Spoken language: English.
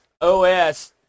OS